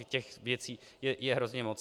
Těch věcí je hrozně moc.